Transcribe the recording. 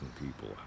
people